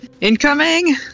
incoming